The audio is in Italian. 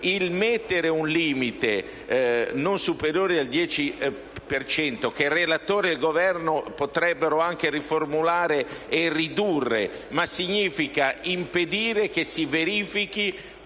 il mettere un limite non superiore al 10 per cento, che il relatore e il Governo potrebbero anche riformulare e ridurre, significa impedire che si verifichi